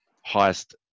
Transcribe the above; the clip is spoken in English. highest